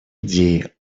идеи